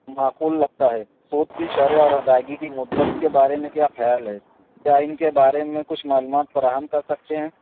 معقول لگتا ہے سود کی شرح اور ادائیگی کی مدت کے بارے میں کیا خیال ہے کیا ان کے بارے میں کچھ معلومات فراہم کر سکتے ہیں